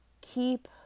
Keep